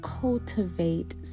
cultivate